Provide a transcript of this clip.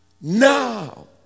now